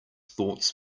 thoughts